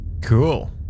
Cool